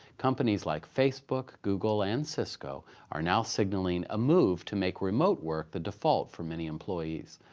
companies like facebook, google, and cisco are now signaling a move to make remote work the default for many employees,